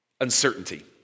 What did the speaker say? uncertainty